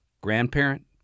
Grandparent